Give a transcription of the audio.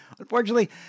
Unfortunately